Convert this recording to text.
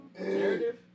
Narrative